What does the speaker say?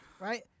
right